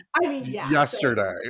yesterday